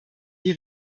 die